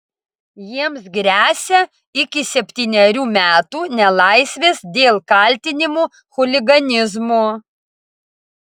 jiems gresia iki septynerių metų nelaisvės dėl kaltinimų chuliganizmu